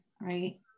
right